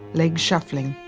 legs shuffling,